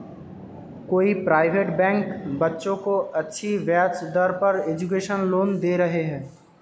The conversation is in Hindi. कई प्राइवेट बैंक बच्चों को अच्छी ब्याज दर पर एजुकेशन लोन दे रहे है